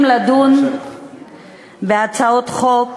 לדון בהצעות חוק